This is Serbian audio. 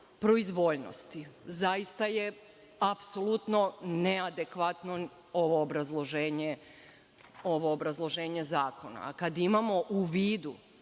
proizvoljnosti? Zaista je apsolutno neadekvatno ovo obrazloženje zakona. Kada imamo u vidu